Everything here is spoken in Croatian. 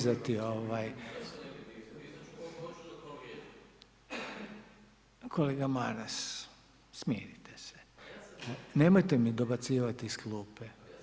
Kolega Maras, smirite se nemojte mi dobacivati iz klupe.